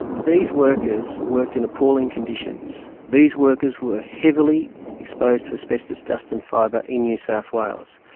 these workers worked in appalling conditions. these workers were heavily exposed to asbestos dust and fibre in new south wales.